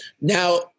Now